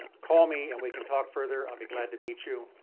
call me and we can talk further. i'll be glad to meet you.